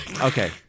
Okay